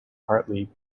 partly